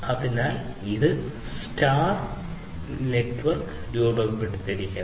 അതിനാൽ ഇത് സ്കാറ്റർ വല രൂപപ്പെടുത്തുന്നു